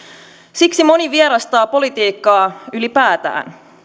siksi moni vierastaa politiikkaa ylipäätään